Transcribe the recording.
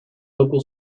local